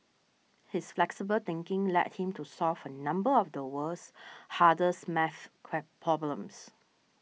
his flexible thinking led him to solve a number of the world's hardest math problems